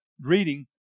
reading